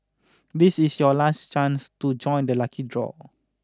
this is your last chance to join the lucky draw